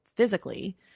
physically